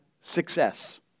success